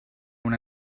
una